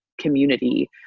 community